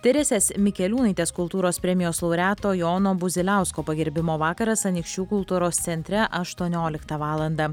teresės mikeliūnaitės kultūros premijos laureato jono buziliausko pagerbimo vakaras anykščių kultūros centre aštuonioliktą valandą